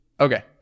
Okay